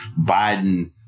Biden